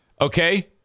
Okay